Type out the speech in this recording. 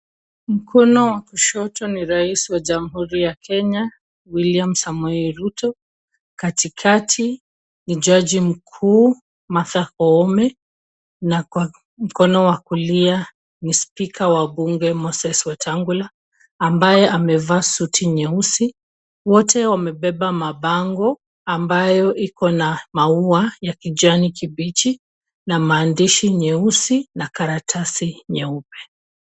Mkono wa kushoto ni raisi wa Jamuhuri ya Kenya, Wiliam Samoei Ruto, katikati ni jaji mkuu, Martha koome na kwa mkono wa kulia ni spika wa bunge, Moses Wetangula ambaye amevaa suti nyeusi. Wote wamebeba mabango ambayo iko na maua ya kijani kibichi na maandishi meusi na karatasi nyeupe.